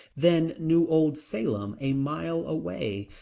then new old salem a mile away.